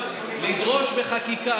לדרוש בחקיקה,